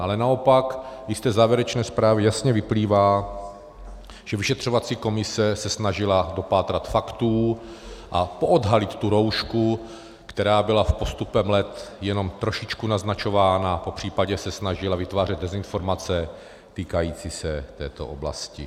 Ale naopak i z té závěrečné zprávy jasně vyplývá, že vyšetřovací komise se snažila dopátrat faktů a poodhalit tu roušku, která byla s postupem let jenom trošičku naznačována, popřípadě se snažila vytvářet dezinformace týkající se této oblasti.